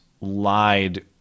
lied